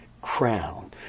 crown